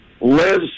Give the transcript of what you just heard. Liz